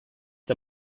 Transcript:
der